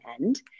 end